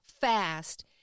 fast